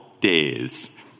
days